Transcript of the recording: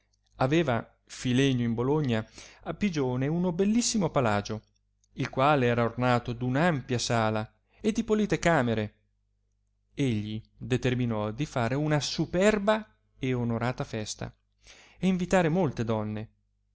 aveva filenio in bologna a pigione uno bellissimo palagio il quale era ornato d un ampia sala e di polite camere egli determinò di far una superba e onorata festa e invitare molte donne